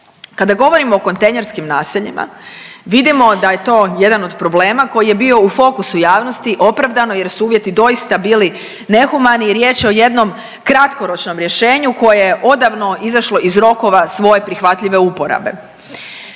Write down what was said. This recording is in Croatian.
Kada govorimo o kontejnerskim naseljima vidimo da je to jedan od problema koji je bio u fokusu javnosti opravdano jer su uvjeti doista bili nehumani i riječ je o jednom kratkoročnom rješenju koje je odavno izašlo iz rokova svoje prihvatljive uporabe.